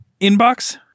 inbox